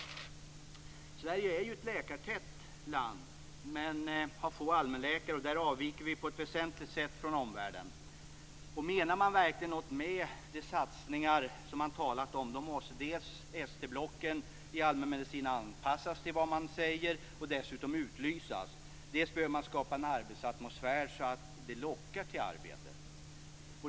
Sverige är ju ett läkartätt land men har få allmänläkare. Där avviker vi på ett väsentligt sätt från omvärlden. Menar man verkligen något med de satsningar man talat om måste dels ST-blocken i allmänmedicin anpassas till det man säger och dessutom utlysas, dels behöver man skapa en arbetsatmosfär som lockar till arbetet.